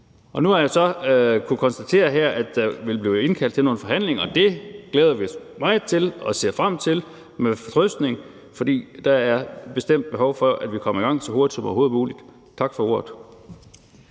Nu har jeg så her kunnet konstatere, at der vil blive indkaldt til nogle forhandlinger, og det glæder vi os meget til og ser frem til med fortrøstning. For der er bestemt behov for, at vi kommer i gang så hurtigt som overhovedet muligt. Tak for ordet.